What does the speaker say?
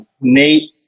Nate